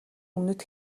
өмнөд